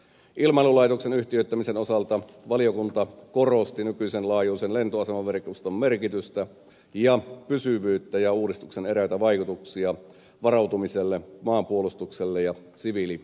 ilmailulaitoksen yhtiöittämisen osalta valiokunta korosti nykyisen laajuisen lentoasemaverkoston merkitystä ja pysyvyyttä ja uudistuksen eräitä vaikutuksia varautumiselle maanpuolustukselle ja siviili ilmailulle